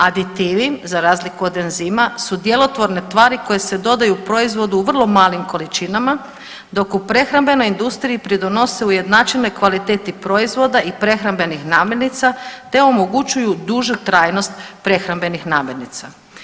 Aditivi, za razliku od enzima su djelotvorne tvari koje se dodaju u proizvodu u vrlo malim količinama, dok u prehrambenoj industriji pridonose ujednačenoj kvaliteti proizvoda i prehrambenih namirnica te omogućuju dužu trajnost prehrambenih namirnica.